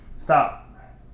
Stop